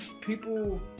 people